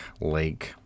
lake